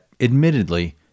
admittedly